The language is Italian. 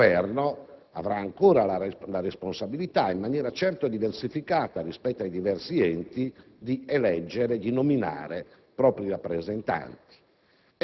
il Governo avrà ancora la responsabilità, certoin maniera diversificata rispetto ai diversi enti, di eleggere e nominare propri rappresentanti.